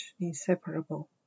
inseparable